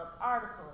article